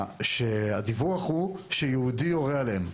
שהדיווח הוא שיהודי יורה עליהם.